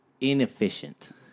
inefficient